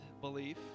belief